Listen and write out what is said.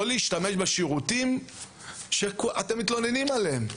לא להשתמש בשירותים שאתם מתלוננים עליהם.